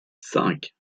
cinq